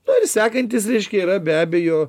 nu ir sekantis reiškia yra be abejo